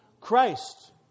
Christ